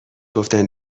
گفتن